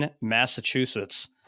Massachusetts